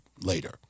later